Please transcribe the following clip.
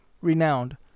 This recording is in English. renowned